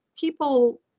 people